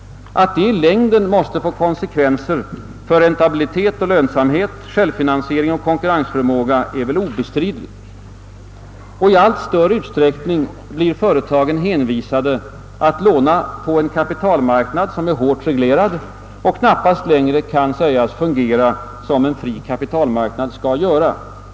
Att detta i längden måste få konsekvenser för räntabilitet och lönsamhet, självfinansiering och konkurrensförmåga är väl obestridligt och i allt större utsträckning blir företagen hänvisade till att låna på en kapitalmarknad som är hårt reglerad och knappast längre kan sägas fungera som en fri kapitalmarknad skall göra.